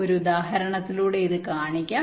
ഒരു ഉദാഹരണത്തിലൂടെ ഇത് കാണിക്കാം